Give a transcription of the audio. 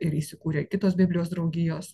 ir įsikūrė kitos biblijos draugijos